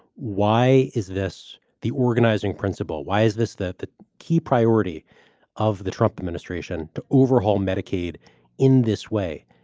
why is this the organizing principle? why is this that the key priority of the trump administration to overhaul medicaid in this way?